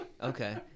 Okay